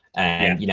and,